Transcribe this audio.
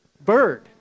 bird